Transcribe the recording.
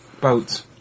boats